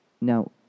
Now